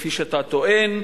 כפי שאתה טוען.